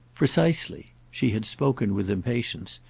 precisely! she had spoken with impatience,